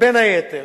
בין היתר,